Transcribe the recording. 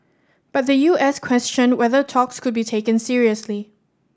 but the U S questioned whether talks could be taken seriously